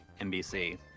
NBC